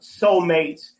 soulmates